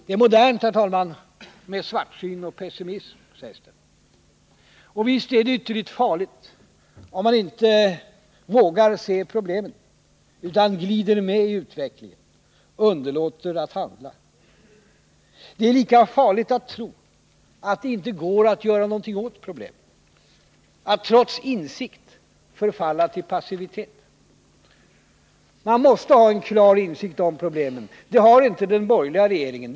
Det är modernt, herr talman, med svartsyn och pessimism, sägs det. Visst är det ytterligt farligt om man icke vågar se problemen, utan glider med i utvecklingen, underlåter att handla. Det är lika farligt att tro att det inte går att göra något åt problemen, att trots insikt förfalla till passivitet. Man måste ha en klar insikt om problemen. Det har inte den borgerliga regeringen.